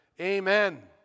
amen